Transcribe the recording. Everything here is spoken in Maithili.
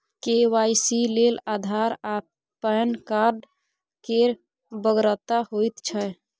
के.वाई.सी लेल आधार आ पैन कार्ड केर बेगरता होइत छै